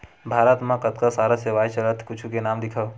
भारत मा कतका सारा सेवाएं चलथे कुछु के नाम लिखव?